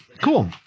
Cool